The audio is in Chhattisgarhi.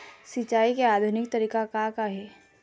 सिचाई के आधुनिक तरीका का का हे?